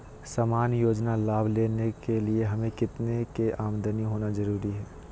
सामान्य योजना लाभ लेने के लिए हमें कितना के आमदनी होना जरूरी है?